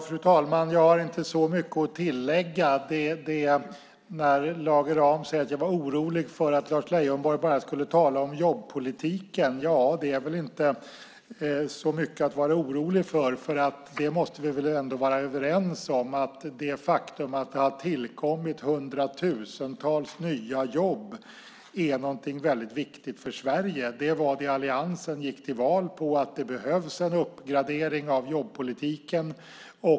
Fru talman! Jag har inte så mycket att tillägga. Lage Rahm sade att han var orolig för att jag bara skulle tala om jobbpolitiken. Det är väl inte så mycket att vara orolig för. Vi måste väl ändå vara överens om att det faktum att det har tillkommit hundratusentals nya jobb är något väldigt viktigt för Sverige. Det som alliansen gick till val på var att det behövdes en uppgradering av jobbpolitiken.